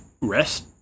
rest